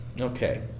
Okay